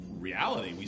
reality